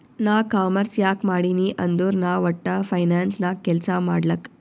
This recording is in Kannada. ನಾ ಕಾಮರ್ಸ್ ಯಾಕ್ ಮಾಡಿನೀ ಅಂದುರ್ ನಾ ವಟ್ಟ ಫೈನಾನ್ಸ್ ನಾಗ್ ಕೆಲ್ಸಾ ಮಾಡ್ಲಕ್